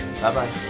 Bye-bye